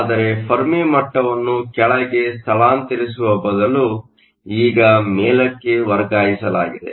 ಆದರೆ ಫೆರ್ಮಿ ಮಟ್ಟವನ್ನು ಕೆಳಗೆ ಸ್ಥಳಾಂತರಿಸುವ ಬದಲು ಈಗ ಮೇಲಕ್ಕೆ ವರ್ಗಾಯಿಸಲಾಗಿದೆ